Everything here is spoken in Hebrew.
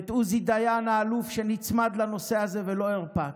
ועוזי דיין, האלוף, שנצמד לנושא הזה ולא הרפה.